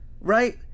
right